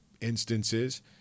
Instances